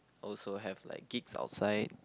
also have like gigs outside